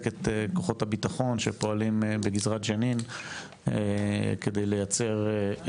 את כוחות הביטחון שפועלים בגזרת ג'נין כדי לייצר,